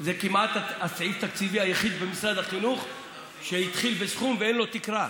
זה כמעט הסעיף התקציבי היחיד במשרד החינוך שהתחיל בסכום ואין לו תקרה,